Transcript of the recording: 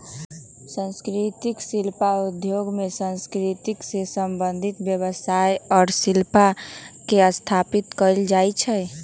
संस्कृतिक शिल्प उद्योग में संस्कृति से संबंधित व्यवसाय आ शिल्प के स्थापित कएल जाइ छइ